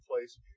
place